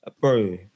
bro